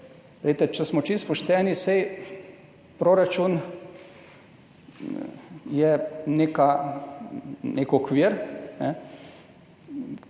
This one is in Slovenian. Če smo čisto pošteni, saj je proračun nek okvir,